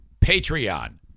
Patreon